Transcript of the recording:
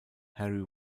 harry